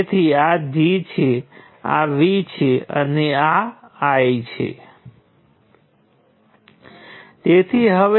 તેથી આપણી પાસે G G હશે